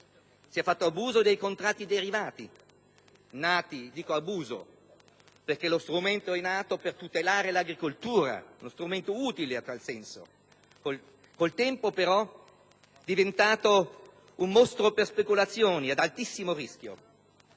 Si è fatto abuso dei contratti derivati; parlo di abuso perché lo strumento è nato per tutelare l'agricoltura, ed era utile in tal senso, ma con il tempo è diventato un mostro per speculazioni ad altissimo rischio.